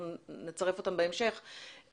אנחנו נצרף אותם בהמשך.